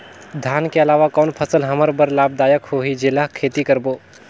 धान के अलावा कौन फसल हमर बर लाभदायक होही जेला खेती करबो?